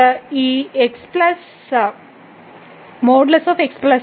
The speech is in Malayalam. നമുക്ക് ഈ x പ്ലസ് |x y|